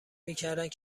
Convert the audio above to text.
میکردند